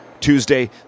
Tuesday